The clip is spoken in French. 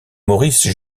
maurice